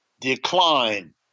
decline